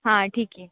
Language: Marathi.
हां ठीक आहे